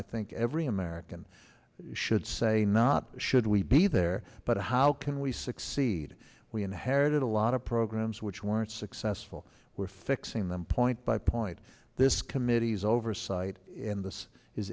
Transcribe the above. i think every american should say not should we be there but how can we succeed we inherited a lot of programs which weren't successful we're fixing them point by point this committee's oversight in this is